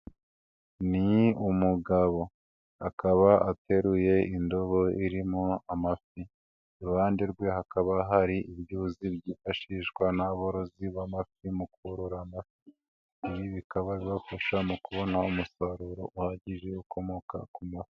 Ni umugabo akaba ateruye indobo irimo amafi, iruhande rwe hakaba hari ibyuzi byifashishwa n'aborozi b'amafi mu kororara amafi, ibi bikaba bifasha mu kubona umusaruro uhagije ukomoka ku mafi.